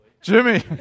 Jimmy